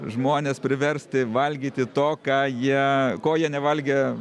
žmones priversti valgyti to ką jie ko jie nevalgę